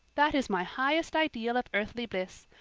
that is my highest ideal of earthly bliss.